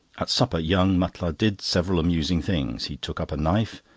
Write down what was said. at supper, young mutlar did several amusing things. he took up a knife,